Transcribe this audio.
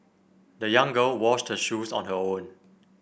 the young girl washed her shoes on her own